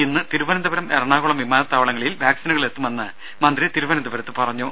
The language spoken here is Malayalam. ഇന്ന് തിരുവനന്തപുരം എറണാകുളം വിമാനത്താവളങ്ങളിൽ വാക്സിനുകൾ എത്തുമെന്ന് മന്ത്രി തിരുവനന്തപുരത്ത് പറഞ്ഞു